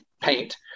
paint